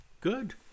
Good